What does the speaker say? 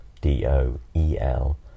D-O-E-L